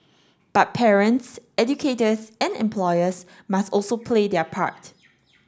but parents educators and employers must also play their part